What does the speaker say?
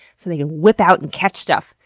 so they can whip out and catch stuff,